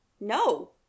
No